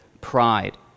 pride